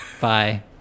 bye